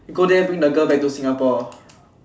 go there bring the girl back to Singapore